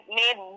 made